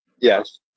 Yes